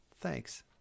thanks